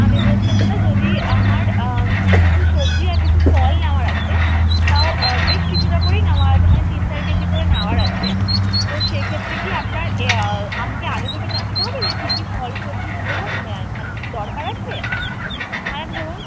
আমি বলছিলাম দাদা যদি আমার কিছু সবজি আর কিছু ফল নেওয়ার আছে তাও বেশ কিছুটা করেই নেওয়ার আছে মানে তিন চার কেজি করে নেওয়ার আছে তো সেক্ষেত্রে কি আপনার এ আমাকে আগে থেকে জানাতে হবে যে কী কী ফল সবজি নিতে হবে মানে দরকার আছে মানে ধরুন